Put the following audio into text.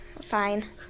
fine